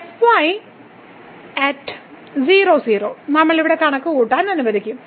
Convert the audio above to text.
f y 00 നമ്മളെ ഇവിടെ കണക്കുകൂട്ടാൻ അനുവദിക്കും